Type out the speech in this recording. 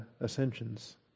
ascensions